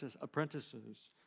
apprentices